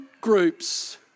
groups